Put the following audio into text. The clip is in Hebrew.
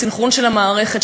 בסנכרון של המערכת,